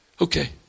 Okay